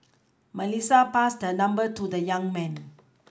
Melissa passed her number to the young man